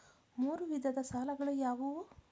ಮೂರು ವಿಧದ ಸಾಲಗಳು ಯಾವುವು?